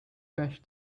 patch